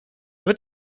wird